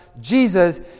Jesus